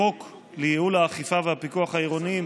החוק לייעול האכיפה והפיקוח העירוניים